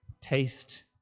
Taste